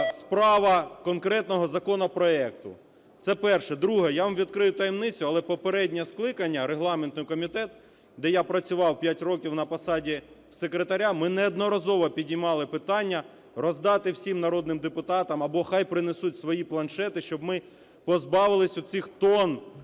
справа конкретного законопроекту. Це перше. Друге. Я вам відкрию таємницю, але попереднє скликання регламентний комітет, де я працював 5 років на посаді секретаря, ми неодноразово піднімали питання роздати всім народним депутатам або хай принесуть свої планшети, щоб ми позбавились оцих тон